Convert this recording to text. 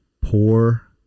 poor